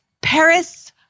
Paris